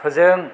फोजों